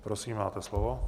Prosím, máte slovo.